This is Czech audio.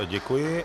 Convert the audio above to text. Děkuji.